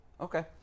Okay